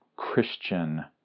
christian